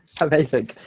Amazing